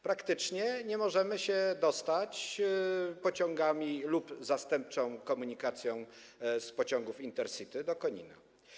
Praktycznie nie możemy się dostać pociągami lub zastępczą komunikacją w przypadku pociągów Intercity do Konina.